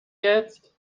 jetzt